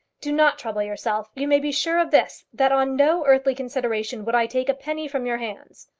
do not trouble yourself. you may be sure of this, that on no earthly consideration would i take a penny from your hands.